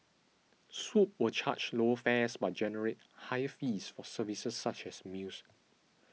Swoop will charge lower fares but generate higher fees for services such as meals